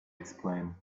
explain